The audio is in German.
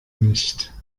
nicht